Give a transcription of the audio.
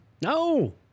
no